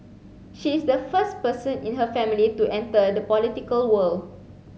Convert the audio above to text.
she is the first person in her family to enter the political world